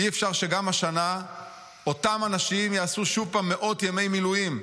אי-אפשר שגם השנה אותם אנשים יעשו שוב פעם מאות ימי מילואים.